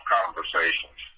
conversations